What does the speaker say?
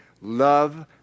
Love